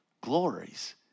glories